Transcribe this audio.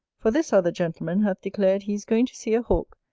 for this other gentleman hath declared he is going to see a hawk,